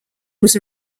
was